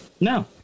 no